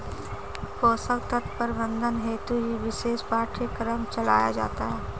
पोषक तत्व प्रबंधन हेतु ही विशेष पाठ्यक्रम चलाया जाता है